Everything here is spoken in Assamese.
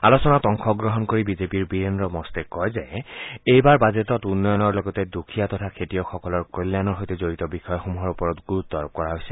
আলোচনাত অংশগ্ৰহণ কৰি বিজেপিৰ বীৰেন্দ্ৰ মষ্টে কয় যে এইবাৰ বাজেটত উন্নয়নৰ লগতে দুখীয়া তথা খেতিয়কসকলৰ কল্যাণৰ সৈতে জড়িত বিষয়সমূহৰ ওপৰত গুৰুত্ব আৰোপ কৰা হৈছে